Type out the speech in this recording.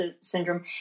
syndrome